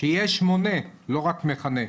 כשיש מונה, לא רק מכנה...